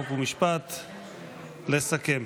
חוק ומשפט לסכם.